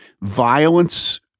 violence